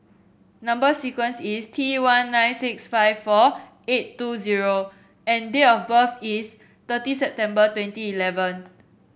number sequence is T one nine six five four eight two zero and date of birth is thirty September twenty eleven